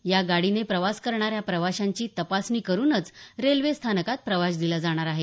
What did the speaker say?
या गाडीने प्रवास करणाऱ्या प्रवाशांची तपासणी करूनच रेल्वे स्थानकात प्रवेश दिला जाणार आहे